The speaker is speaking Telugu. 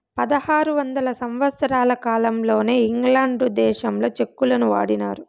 పదహారు వందల సంవత్సరాల కాలంలోనే ఇంగ్లాండ్ దేశంలో చెక్కులను వాడినారు